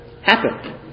happen